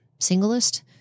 Singlest